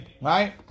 right